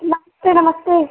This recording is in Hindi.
नमस्ते नमस्ते